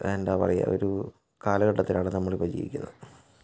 എന്താ പറയുക ഒരു കാലഘട്ടത്തിലാണ് നമ്മൾ ഇപ്പം ജീവിക്കുന്നത്